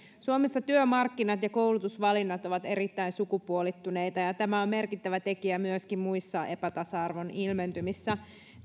suomessa työmarkkinat ja koulutusvalinnat ovat erittäin sukupuolittuneita ja tämä on merkittävä tekijä myöskin muissa epätasa arvon ilmentymissä